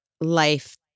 life